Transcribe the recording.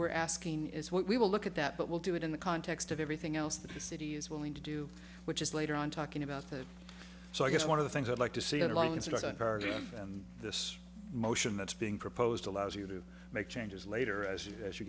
we're asking is what we will look at that but we'll do it in the context of everything else that the city is willing to do which is later on talking about that so i guess one of the things i'd like to see online is that argument and this motion that's being proposed allows you to make changes later as you as you